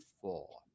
four